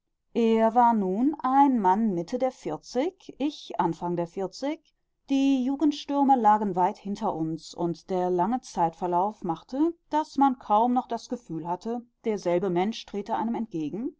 er war nun ein mann mitte der vierzig ich anfang der vierzig die jugendstürme lagen weit hinter uns und der lange zeitverlauf machte daß man kaum noch das gefühl hatte derselbe mensch trete einem entgegen